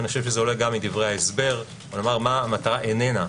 וזה עולה גם מדברי ההסבר או נאמר מה המטרה איננה,